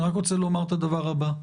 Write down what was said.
אני רק רוצה לומר את הדבר הבא: